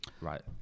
right